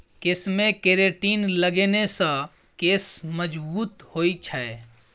केशमे केरेटिन लगेने सँ केश मजगूत होए छै